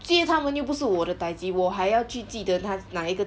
接他们又不是我的 dai ji 我还要去记得他哪一个